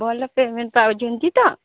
ଭଲ ପେମେଣ୍ଟ ପାଉଛନ୍ତି ତ